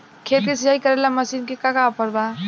खेत के सिंचाई करेला मशीन के का ऑफर बा?